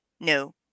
no